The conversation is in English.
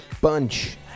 bunch